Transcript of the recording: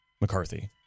McCarthy